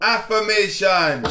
Affirmation